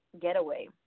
Getaway